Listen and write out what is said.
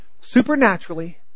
supernaturally